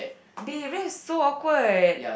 babe that is so awkward